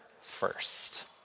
first